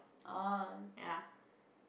ya